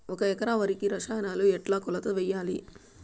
ఒక ఎకరా వరికి రసాయనాలు ఎట్లా కొలత వేయాలి?